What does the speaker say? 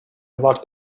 locked